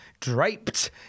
draped